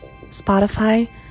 Spotify